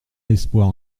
espoir